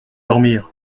dormir